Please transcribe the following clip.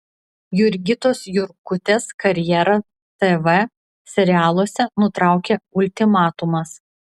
jurgitos jurkutės karjerą tv serialuose nutraukė ultimatumas